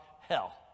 hell